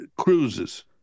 cruises